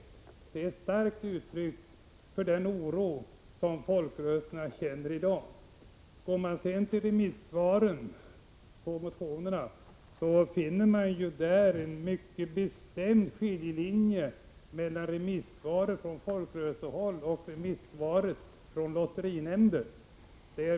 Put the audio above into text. Det är ett starkt uttryck för den oro som folkrörelserna känner i dag. Går man sedan till remissyttrandena över motionerna finner man en mycket bestämd skiljelinje mellan remissvaren från folkrörelsehåll och svaret från lotterinämnden.